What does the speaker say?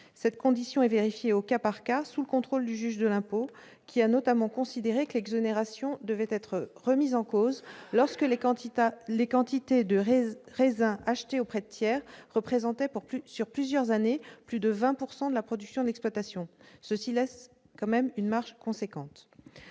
Cette condition est vérifiée au cas par cas, sous le contrôle du juge de l'impôt, qui a notamment considéré que l'exonération devait être remise en cause lorsque les quantités de raisin achetées auprès de tiers représentent, sur plusieurs années, plus de 20 % de la production de l'exploitation- ce qui laisse tout de même une marge importante.